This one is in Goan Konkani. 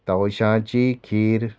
तवश्यांची खीर